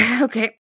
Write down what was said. Okay